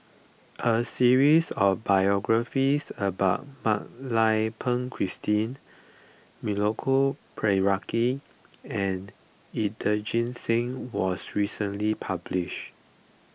a series of biographies about Mak Lai Peng Christine Milenko Prvacki and Inderjit Singh was recently published